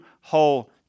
whole